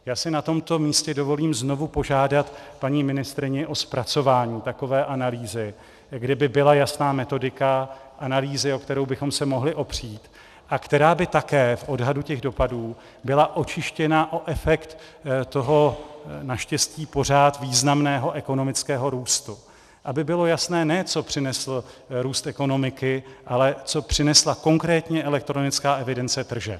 Já si na tomto místě dovolím znovu požádat paní ministryni o zpracování takové analýzy, kde by byla jasná metodika analýzy, o kterou bychom se mohli opřít a která by také v odhadu těch dopadů byla očištěna o efekt toho naštěstí pořád významného ekonomického růstu, aby bylo jasné ne to, co přinesl růst ekonomiky, ale co přinesla konkrétně elektronická evidence tržeb.